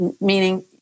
meaning